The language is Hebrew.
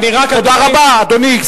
אני רק, תודה רבה, אדוני.